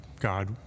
God